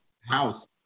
house